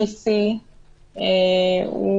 שלו.